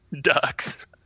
ducks